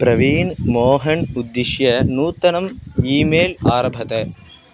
प्रवीण् मोहन् उद्दिश्य नूतनम् email आरभत